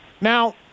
Now